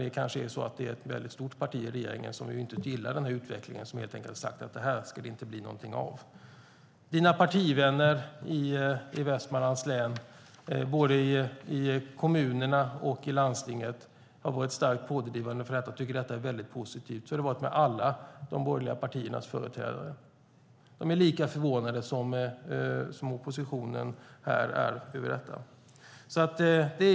Det kanske är så att det är ett stort parti i regeringen som inte gillar den här utvecklingen och som helt enkelt har sagt att det inte ska bli någonting av det. Dina partivänner i Västmanlands län, både i kommunerna och i landstinget, har varit starkt pådrivande för detta och tycker att det är väldigt positivt. Så har det varit med alla de borgerliga partiernas företrädare. De är lika förvånade som oppositionen här är över detta.